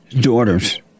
daughters